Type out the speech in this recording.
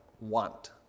want